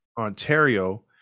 Ontario